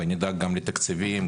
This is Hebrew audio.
ונדאג גם לתקציבים.